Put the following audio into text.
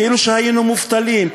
כאילו היינו מובטלים,